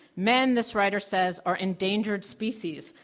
men, this writer says, are endangered species.